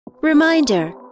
Reminder